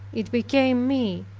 it became me,